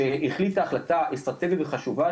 שהחליטה החלטה אסטרטגית וחשובה,